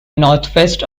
northwest